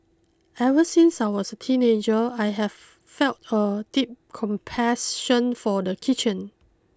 ever since I was a teenager I have felt a deep compassion for the kitchen